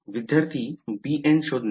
विद्यार्थी bn शोधणे